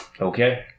Okay